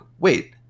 wait